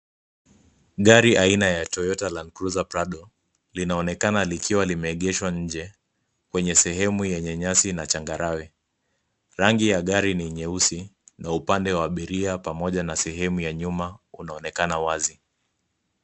Gari aina ya toyota land cruiser prado linaonekana likiwa limeegeshwa nje kwenye sehemu yenye nyasi na changarawe. Rangi ya gari ni nyeusi na upande wa abiria pamoja na sehemu ya nyuma unaonekana wazi.